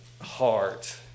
heart